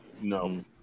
no